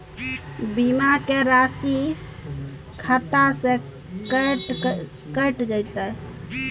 बीमा के राशि खाता से कैट जेतै?